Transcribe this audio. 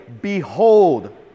behold